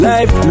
Life